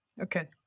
Okay